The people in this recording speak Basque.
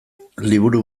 liburu